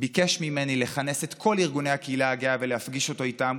ביקש ממני לכנס את כל ארגוני הקהילה הגאה ולהפגיש אותו איתם.